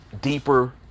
deeper